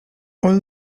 old